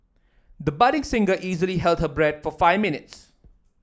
the budding singer easily held her breath for five minutes